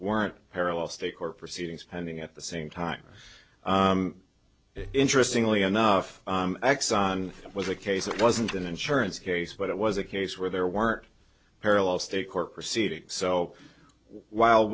weren't parallel state court proceedings pending at the same time interestingly enough axon was a case it wasn't an insurance case but it was a case where there weren't parallel state court proceedings so whil